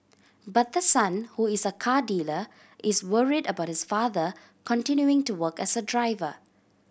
but the son who is a car dealer is worried about his father continuing to work as a driver